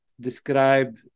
describe